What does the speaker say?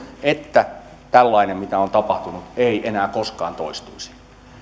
että tällainen mitä on tapahtunut ei enää koskaan toistuisi